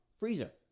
freezer